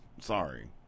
Sorry